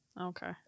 Okay